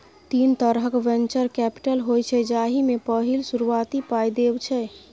तीन तरहक venture capital होइ छै जाहि मे पहिल शुरुआती पाइ देब छै